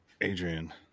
Adrian